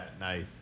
Nice